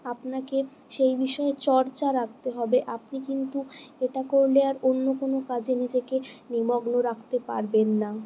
আপনাকে সেই বিষয়ে চর্চা রাখতে হবে আপনি কিন্তু এটা করলে আর অন্য কোনও কাজে নিজেকে নিমগ্ন রাখতে পারবেন না